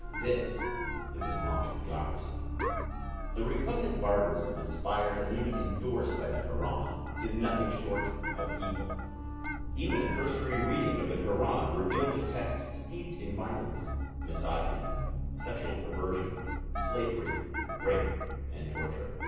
this is islamic theocracy the repugnant barbarism inspired and even endorsed by the quran is nothing short of evil even a cursory reading of the quran reveals a text steeped in violence misogyny sexual perversion slavery rape and torture